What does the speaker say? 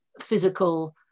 physical